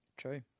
True